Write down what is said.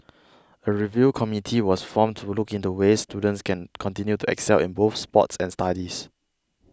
a review committee was formed to look into ways students can continue to excel in both sports and studies